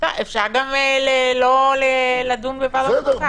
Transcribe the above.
אפשר גם לא לדון בוועדת החוקה.